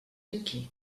aquí